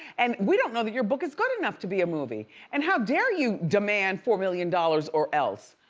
and we don't know that your book is good enough to be a movie and how dare you demand four million dollars or else.